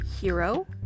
hero